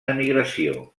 emigració